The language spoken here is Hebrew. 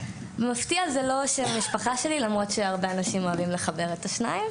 מפתיע זה לא שם המשפחה שלי למרות שהרבה אנשים אוהבים לחבר את השניים,